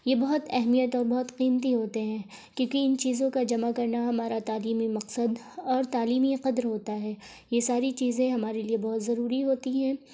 یہ بہت اہمیت اور بہت قیمتی ہوتے ہیں کیونکہ ان چیزوں کا جمع کرنا ہمارا تعلیمی مقصد اور تعلیمی قدر ہوتا ہے یہ ساری چیزیں ہمارے لیے بہت ضروری ہوتی ہیں